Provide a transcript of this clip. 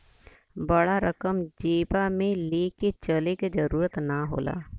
बड़ा रकम जेबा मे ले के चले क जरूरत ना होला